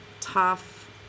tough